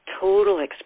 total